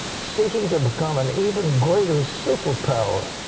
seeking to become an even greater superpower.